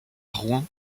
rouen